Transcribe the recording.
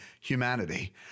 humanity